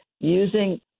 using